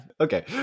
okay